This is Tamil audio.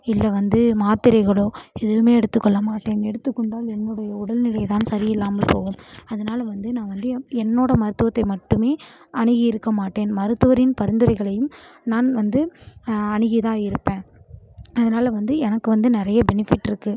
இல்லை வந்து மாத்திரைகளோ எதுவும் எடுத்து கொள்ள மாட்டேன் எடுத்து கொண்டால் என்னுடைய உடல்நிலை தான் சரியில்லாமல் போகும் அதனால் வந்து நான் வந்து என்னோட மருத்துவத்தை மட்டும் அணுகி இருக்க மாட்டேன் மருத்துவரின் பரிந்துரைகளையும் நான் வந்து அணுகி தான் இருப்பேன் அதனால் வந்து எனக்கு வந்து நிறைய பெனிஃபிட் இருக்கு